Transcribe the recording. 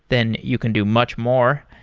then you can do much more.